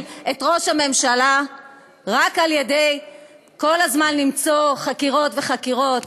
שרוצים להפיל את ראש הממשלה רק על-ידי מציאת חקירות וחקירות